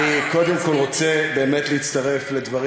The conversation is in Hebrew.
אני קודם כול רוצה באמת להצטרף לדברים